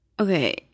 Okay